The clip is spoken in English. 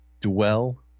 Dwell